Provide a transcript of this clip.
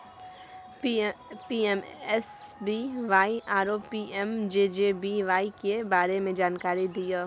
PMSBY आरो PMJJBY के बारे मे जानकारी दिय?